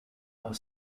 are